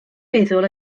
meddwl